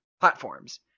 platforms